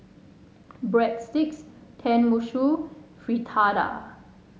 Breadsticks Tenmusu Fritada